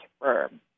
firm